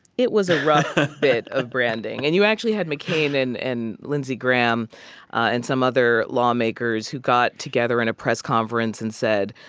it was a rough bit of branding. and you actually had mccain and and lindsey graham and some other lawmakers who got together in a press conference and said,